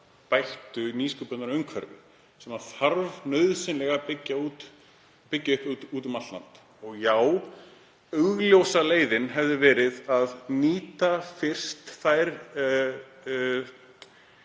bættu nýsköpunarumhverfi sem þarf nauðsynlega að byggja upp úti um allt land. Já, augljósa leiðin hefði verið að nýta fyrst þær